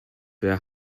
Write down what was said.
were